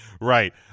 right